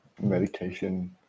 medication